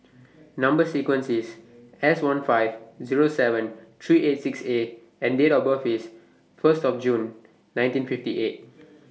Number sequence IS S one five Zero seven three eight six A and Date of birth IS First of June nineteen fifty eight